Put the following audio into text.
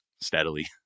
steadily